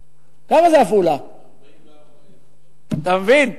44,000. אתה מבין?